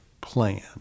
plan